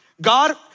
God